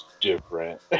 different